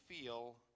feel